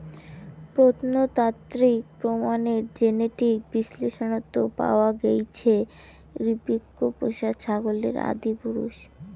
প্রত্নতাত্ত্বিক প্রমাণের জেনেটিক বিশ্লেষনত পাওয়া গেইছে ইবেক্স পোষা ছাগলের আদিপুরুষ